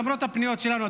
למרות הפניות שלנו,